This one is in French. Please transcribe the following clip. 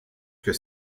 que